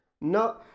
no